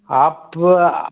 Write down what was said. आप थोड़ा